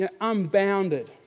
unbounded